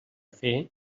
fer